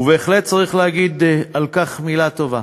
ובהחלט צריך להגיד על כך מילה טובה.